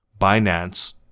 Binance